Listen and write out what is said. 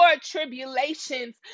tribulations